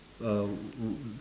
um